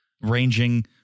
Ranging